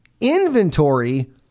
Inventory